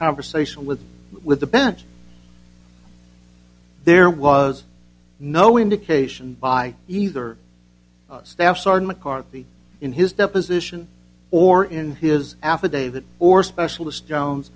conversation with with the bench there was no indication by either staff sergeant carthy in his deposition or in his affidavit or specialist jones